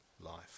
life